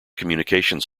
communications